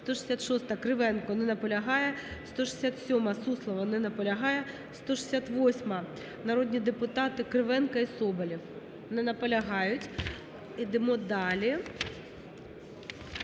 166-а, Кривенко. Не наполягає. 167-а, Суслова. Не наполягає. 168-а, народні депутати Кривенко і Соболєв. Не наполягають. Ідемо далі.